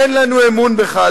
אין לנו אמון בך,